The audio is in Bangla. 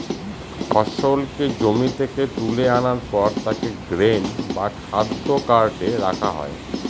ফসলকে জমি থেকে তুলে আনার পর তাকে গ্রেন বা খাদ্য কার্টে রাখা হয়